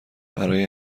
برای